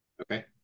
Okay